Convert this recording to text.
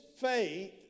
faith